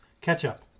Ketchup